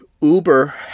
Uber